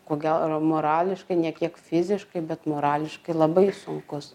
ko gero morališkai ne kiek fiziškai bet morališkai labai sunkus